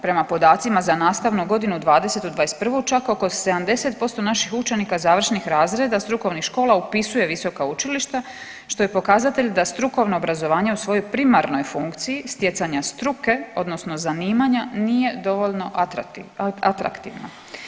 Prema podacima za nastavnu godinu 2020./2021. čak oko 70% naših učenika završnih razreda strukovnih škola upisuje visoka učilišta što je pokazatelj da strukovno obrazovanje u svojoj primarnoj funkciji stjecanja struke odnosno zanimanja nije dovoljno atraktivna.